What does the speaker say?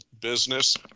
business